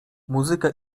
muzyka